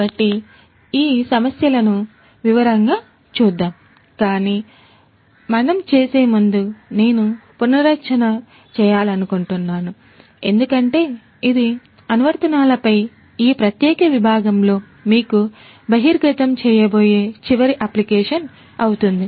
కాబట్టి ఈ సమస్యలను వివరంగా చూద్దాం కాని మనం చేసే ముందు నేను పునశ్చరణ చేయాలనుకుంటున్నాను ఎందుకంటే ఇది అనువర్తనాలపై ఈ ప్రత్యేక విభాగంలో మీకు బహిర్గతం చేయబోయే చివరి అప్లికేషన్ అవుతుంది